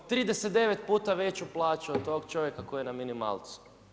39 puta veću plaću od tog čovjeka koji je na minimalcu.